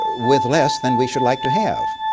with less then we should like to have.